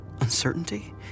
uncertainty